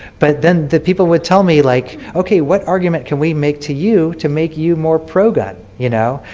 but then the people would tell me, like, okay, what argument can we make to you to make you more pro-gun, you know,